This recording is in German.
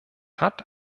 hat